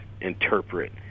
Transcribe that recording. interpret